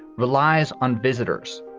relies on visitors.